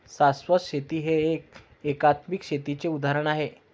शाश्वत शेती हे एकात्मिक शेतीचे उदाहरण आहे